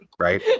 right